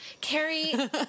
Carrie